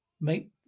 Make